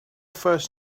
first